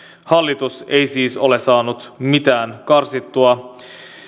hallitus ei siis ole saanut mitään karsittua